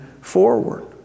forward